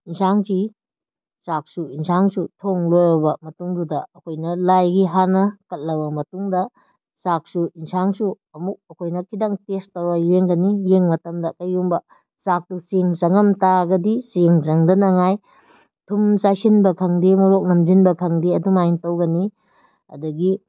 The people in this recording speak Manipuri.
ꯏꯟꯁꯥꯡꯁꯤ ꯆꯥꯛꯁꯨ ꯏꯟꯁꯥꯡꯁꯨ ꯊꯣꯡ ꯂꯣꯏꯔꯕ ꯃꯇꯨꯡꯗꯨꯗ ꯑꯩꯈꯣꯏꯅ ꯂꯥꯏꯒꯤ ꯍꯥꯟꯅ ꯀꯠꯂꯕ ꯃꯇꯨꯡꯗ ꯆꯥꯛꯁꯨ ꯏꯟꯁꯥꯡꯁꯨ ꯑꯃꯨꯛ ꯑꯩꯈꯣꯏꯅ ꯈꯤꯇꯪ ꯇꯦꯁ ꯇꯧꯔ ꯌꯦꯡꯒꯅꯤ ꯌꯦꯡ ꯃꯇꯝꯗ ꯀꯩꯒꯨꯝꯕ ꯆꯥꯛꯇꯨ ꯆꯦꯡ ꯆꯪꯉꯝ ꯇꯥꯔꯒꯗꯤ ꯆꯦꯡ ꯆꯪꯗꯅꯉꯥꯏ ꯊꯨꯝ ꯆꯥꯏꯁꯤꯟꯕ ꯈꯪꯗꯦ ꯃꯣꯔꯣꯛ ꯅꯝꯖꯤꯟꯕ ꯈꯪꯗꯦ ꯑꯗꯨꯃꯥꯏꯅ ꯇꯧꯒꯅꯤ ꯑꯗꯒꯤ